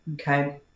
Okay